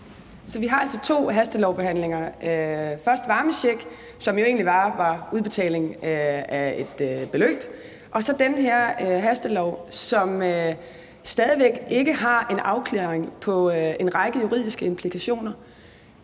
Så vi har altså to hastebehandlinger: først varmechecken, som jo egentlig bare var udbetaling af et beløb, og så den her hastelov, som stadig væk ikke har en afklaring på en række juridiske implikationer.